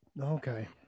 okay